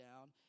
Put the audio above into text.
down